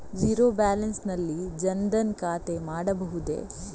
Zero balance ನಲ್ಲಿ ಜನ್ ಧನ್ ಖಾತೆ ಮಾಡಬಹುದೇ?